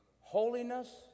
Holiness